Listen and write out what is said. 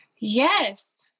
Yes